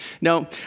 Now